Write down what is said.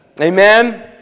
Amen